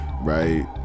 Right